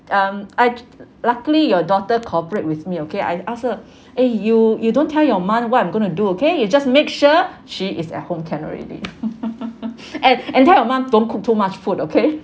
um I'd luckily your daughter cooperate with me okay I ask her eh you you don't tell your mum what I'm going to do okay you just make sure she is at home can already and and tell your mum don't cook too much food okay